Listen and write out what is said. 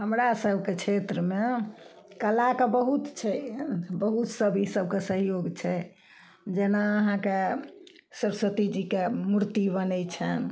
हमरा सबके क्षेत्रमे कलाके बहुत छै बहुत सब ईसब के सहयोग छै जेना अहाँके सरस्वती जीके मूर्ति बनय छनि